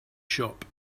shop